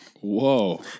whoa